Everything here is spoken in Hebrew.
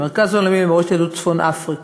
במרכז העולמי למורשת יהדות צפון-אפריקה,